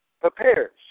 prepares